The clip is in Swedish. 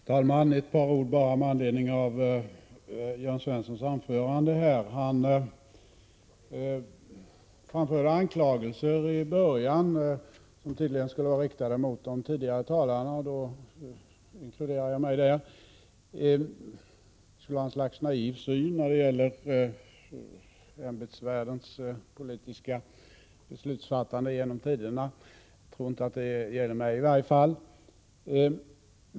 Herr talman! Bara ett par ord med anledning av Jörn Svenssons anförande. Han framförde i början av sitt anförande anklagelser, som tydligen skulle vara riktade mot tidigare talare här. De inkluderar således även mig. Vi skulle ha ett slags naiv syn när det gäller ämbetsvärldens politiska beslutsfattande genom tiderna. Jag tror i varje fall att det inte gäller mig.